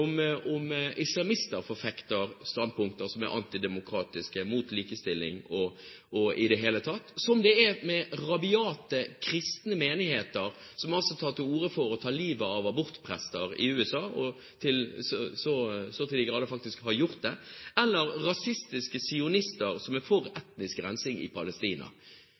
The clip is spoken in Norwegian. likegyldig om det er islamister som forfekter standpunkter som er antidemokratiske, som er imot likestilling og i det hele tatt, om det er rabiate, kristne menigheter som tar til orde for å ta livet av abortprester i USA, og som så til de grader faktisk har gjort det, eller om det er rasistiske sionister som er for etnisk rensing i Palestina.